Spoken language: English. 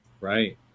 Right